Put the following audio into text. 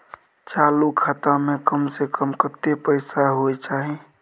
चालू खाता में कम से कम कत्ते पाई होय चाही?